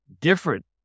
different